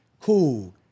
Cool